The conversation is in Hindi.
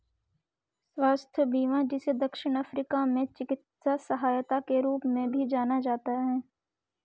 स्वास्थ्य बीमा जिसे दक्षिण अफ्रीका में चिकित्सा सहायता के रूप में भी जाना जाता है